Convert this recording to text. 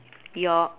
your